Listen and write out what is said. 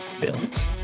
builds